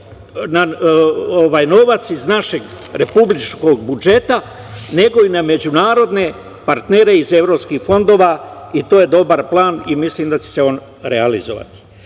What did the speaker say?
na novac iz našeg republičkog budžeta, nego i na međunarodne partnere iz evropskih fondova i to je dobar plan i mislim da će se on realizovati. Upravo